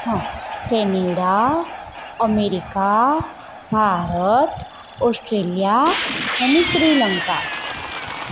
હા Canada America Bharat Australia અને શ્રીલંકા